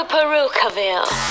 Perucaville